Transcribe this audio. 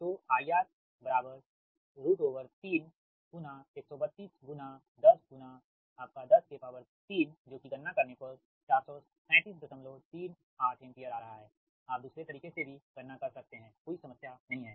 तो IR 3 13210आपका 103 जो कि गणना करने पर 43738 एम्पीयर आ रहा है आप दूसरे तरीके से भी गणना कर सकते है कोई समस्या नही हैं